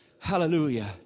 Hallelujah